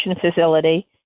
facility